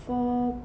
for